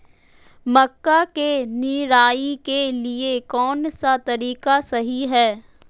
मक्का के निराई के लिए कौन सा तरीका सही है?